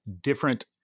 different